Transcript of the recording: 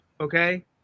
Okay